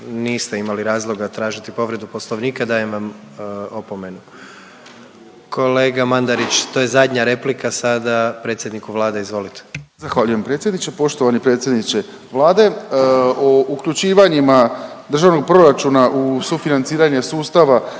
niste imali razloga tražiti povredu Poslovnika. Dajem vam opomenu. Kolega Madarić, to je zadnja replika sada predsjedniku Vlade, izvolite. **Mandarić, Marin (HDZ)** Zahvaljujem predsjedniče. Poštovani predsjedniče Vlade, o uključivanjima Državnog proračuna u sufinanciranje sustava